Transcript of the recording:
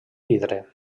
vidre